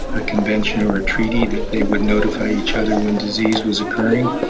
a convention or a treaty that they would notify each other when disease was occurring.